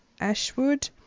Ashwood